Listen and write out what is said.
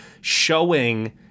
showing